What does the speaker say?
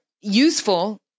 useful